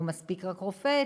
לא מספיק רק רופא,